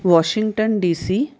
Washington DC